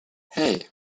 hey